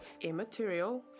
immaterial